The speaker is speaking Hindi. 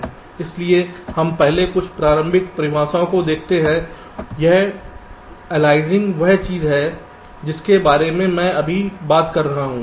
इसलिए हम पहले कुछ प्रासंगिक परिभाषाओं को देखते हैं यह अलायसिंग वह चीज है जिसके बारे में हम अभी बात कर रहे थे